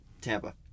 Tampa